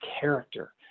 character